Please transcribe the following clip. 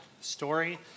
story